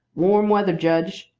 warm weather, judge.